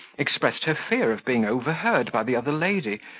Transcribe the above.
expressed her fear of being overheard by the other lady,